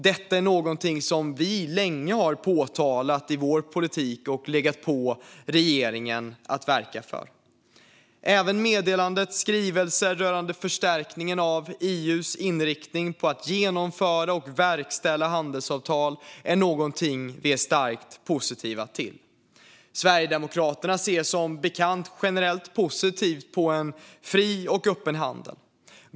Detta är någonting som vi länge har påtalat i vår politik och legat på regeringen för att den ska verka för. Även meddelandets skrivelser rörande förstärkningen av EU:s inriktning att genomföra och verkställa handelsavtal är någonting som vi är starkt positiva till. Sverigedemokraterna ser som bekant generellt positivt på en fri och öppen handel.